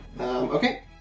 okay